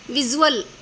visual